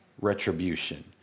Retribution